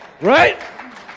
Right